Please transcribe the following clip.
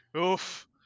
Oof